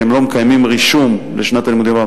שהם לא מקיימים רישום לשנת הלימודים,